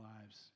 lives